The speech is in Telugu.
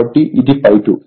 కాబట్టి ఇది ∅2